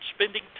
spending